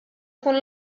tkun